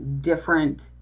different